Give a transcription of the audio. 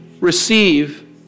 receive